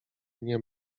nie